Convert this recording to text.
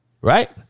right